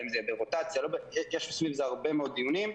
האם זה ברוטציה יש סביב זה הרבה מאוד דיונים,